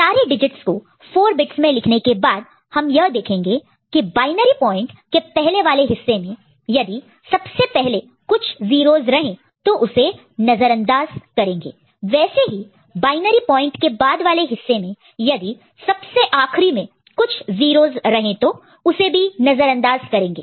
सारे डिजिटस को 4 बिट्स में लिखने के बाद हम यह देखेंगे की बायनरी पॉइंट के पहले वाले हिस्से में यदि सबसे पहले कुछ लीडिंग leading 0's रहे तो उसे नजरअंदाज इग्नोर ignore करेंगे वैसे ही बायनरी पॉइंट के बाद वाले हिस्से में यदि सबसे आखरी में कुछ 0's रहे तो उसे भी नजरअंदाज इग्नोर ignore करेंगे